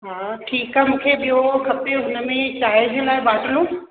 हा ठीकु आहे मूंखे ॿियो खपे हुनमें चांहि जे लाइ बाटलो